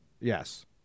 Yes